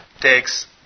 takes